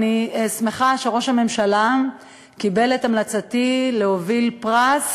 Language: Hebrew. אני שמחה שראש הממשלה קיבל את המלצתי להוביל פרס